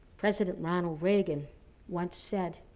president ronald reagan once said,